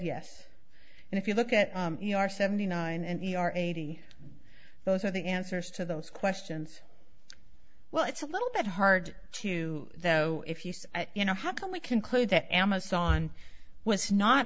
yes and if you look at your seventy nine and e r eighty those are the answers to those questions well it's a little bit hard to though if you say you know how can we conclude that amazon was not